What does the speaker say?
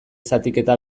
zatiketa